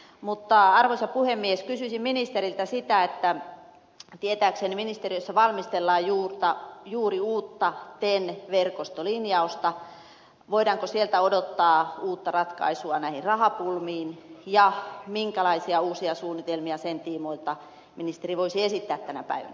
mutta arvoisa puhemies kysyisin ministeriltä kun tietääkseni ministeriössä valmistellaan juuri uutta ten verkostolinjausta voidaanko sieltä odottaa uutta ratkaisua näihin rahapulmiin ja minkälaisia uusia suunnitelmia sen tiimoilta ministeri voisi esittää tänä päivänä